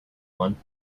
one